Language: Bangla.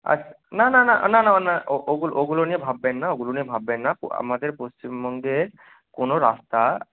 আচ্ছা না না না না না না ও ওগুলো ওগুলো নিয়ে ভাববেন না ওগুলো নিয়ে ভাববেন না আমাদের পশ্চিমবঙ্গের কোনো রাস্তা